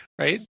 right